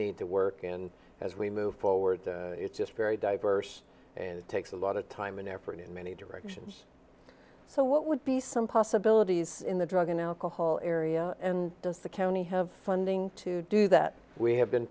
need to work in as we move forward it's just very diverse and it takes a lot of time and effort in many directions so what would be some possibilities in the drug and alcohol area and does the county have funding to do that we have been